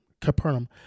Capernaum